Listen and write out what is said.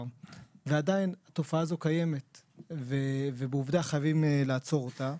ועדיין התופעה הזאת קיימת ובעובדה חייבים לעצור אותה.